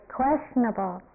questionable